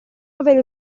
avrebbe